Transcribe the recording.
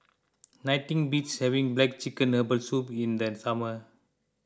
nothing beats having Black Chicken Herbal Soup in the summer